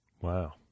Wow